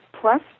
plus